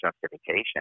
justification